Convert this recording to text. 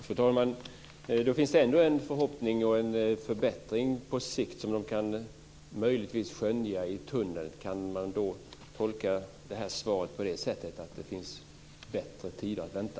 Fru talman! Då kan de ändå på sikt skönja en förhoppning om en förbättring i tunneln. Kan man tolka detta svar på det sättet att det finns bättre tider att vänta?